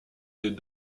des